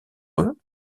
eux